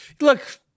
look